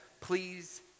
please